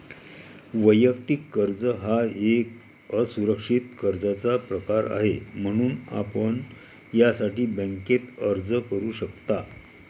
वैयक्तिक कर्ज हा एक असुरक्षित कर्जाचा एक प्रकार आहे, म्हणून आपण यासाठी बँकेत अर्ज करू शकता